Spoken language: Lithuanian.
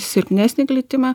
silpnesnį glitimą